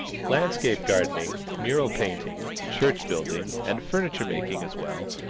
landscape gardening, mural painting, church building, and furniture making as well,